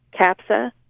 CAPSA